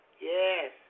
Yes